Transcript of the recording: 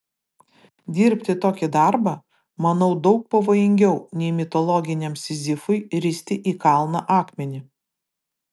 dirbti tokį darbą manau daug pavojingiau nei mitologiniam sizifui risti į kalną akmenį